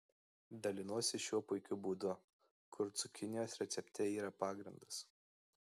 dalinuosi šiuo puikiu būdu kur cukinijos recepte yra pagrindas